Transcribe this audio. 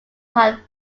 had